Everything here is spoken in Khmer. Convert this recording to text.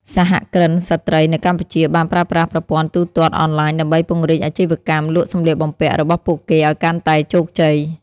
សហគ្រិនស្ត្រីនៅកម្ពុជាបានប្រើប្រាស់ប្រព័ន្ធទូទាត់អនឡាញដើម្បីពង្រីកអាជីវកម្មលក់សម្លៀកបំពាក់របស់ពួកគេឱ្យកាន់តែជោគជ័យ។